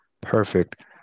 Perfect